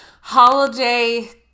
holiday